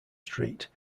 street